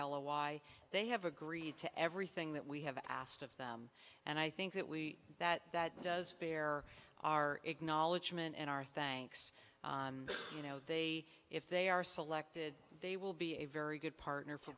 o y they have agreed to everything that we have asked of them and i think that we that that does bear our acknowledgement and our thanks you know they if they are selected they will be a very good partner for